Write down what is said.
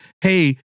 hey